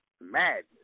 Madness